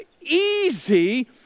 easy